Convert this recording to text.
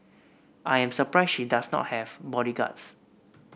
I am surprised she does not have bodyguards